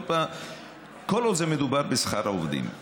כל עוד מדובר בשכר העובדים.